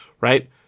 right